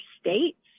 states